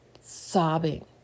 sobbing